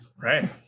Right